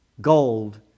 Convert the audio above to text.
gold